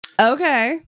Okay